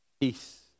Peace